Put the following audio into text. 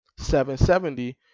770